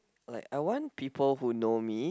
like I want people who know me